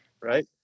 right